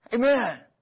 Amen